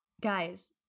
guys